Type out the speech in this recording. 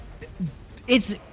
it's-